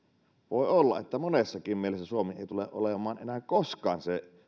olla että monessakaan mielessä suomi ei tule olemaan enää koskaan